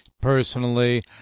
personally